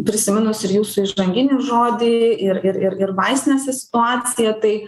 prisiminus ir jūsų įžanginį žodį ir ir ir ir vaistinėse situaciją tai